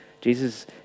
Jesus